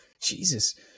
jesus